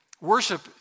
worship